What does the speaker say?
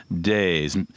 days